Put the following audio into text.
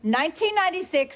1996